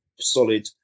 solid